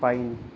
pine